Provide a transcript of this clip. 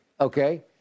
Okay